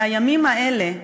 שהימים האלה,